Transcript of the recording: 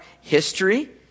history